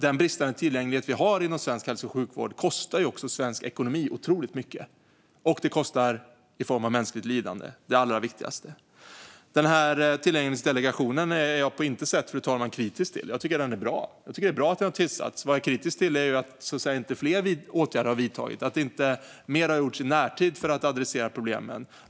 Den bristande tillgängligheten i svensk hälso och sjukvård kostar också svensk ekonomi otroligt mycket. Och det kostar i form av mänskligt lidande, det allra viktigaste. Fru talman! Tillgänglighetsdelegationen är jag på intet sätt kritisk till. Jag tycker att den är bra. Det är bra att den har tillsatts. Det jag är kritisk till är att inte fler åtgärder har vidtagits, att inte mer har gjorts i närtid för att ta itu med problemen.